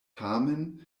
tamen